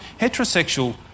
heterosexual